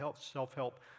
self-help